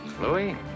Louis